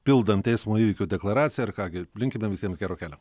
pildant eismo įvykio deklaraciją ir ką gi linkime visiems gero kelio